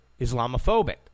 Islamophobic